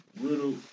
riddle